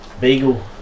Beagle